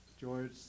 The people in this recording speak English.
George